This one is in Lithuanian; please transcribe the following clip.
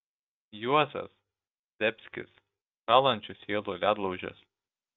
juozas zdebskis šąlančių sielų ledlaužis